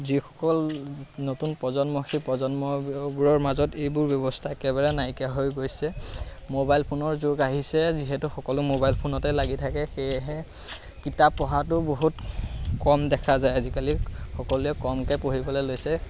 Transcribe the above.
যিসকল নতুন প্ৰজন্ম সেই প্ৰজন্মবোৰৰ মাজত এইবোৰ ব্যৱস্থা একেবাৰে নাইকিয়া হৈ গৈছে মোবাইল ফোনৰ যুগ আহিছে যিহেতু সকলো মোবাইল ফোনতে লাগি থাকে সেয়েহে কিতাপ পঢ়াটো বহুত কম দেখা যায় আজিকালি সকলোৱে কমকৈ পঢ়িবলৈ লৈছে